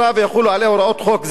ויחולו עליה הוראות חוק זה.